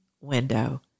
window